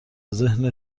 ذهن